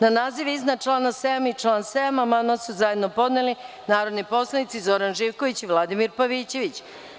Na naziv iznad člana 7. i član 7. amandman su zajedno podneli narodni poslanici Zoran Živković i Vladimir Pavićević.